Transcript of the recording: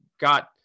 got